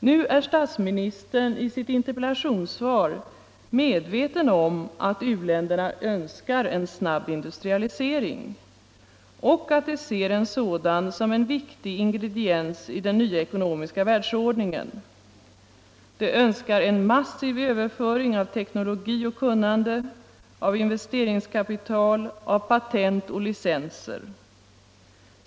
Nu är statsministern i sitt interpellationssvar medveten om att u-länderna önskar en snabb industrialisering och att de ser en sådan som en viktig ingrediens i den nya ekonomiska världsordningen. De önskar en massiv överföring av teknologi och kunnande, av investeringskapital, av patent och licenser.